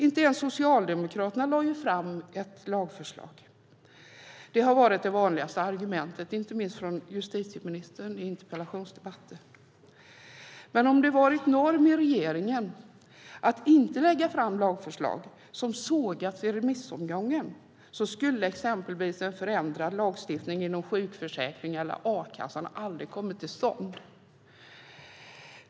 Inte ens Socialdemokraterna lade ju fram ett lagförslag - det har varit det vanligaste argumentet, inte minst från justitieministern i interpellationsdebatter. Men om det har varit norm i regeringen att inte lägga fram lagförslag som sågats i remissomgången skulle exempelvis en förändrad lagstiftning inom sjukförsäkring eller a-kassan aldrig kommit till stånd.